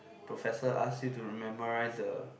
professor ask you to memorize the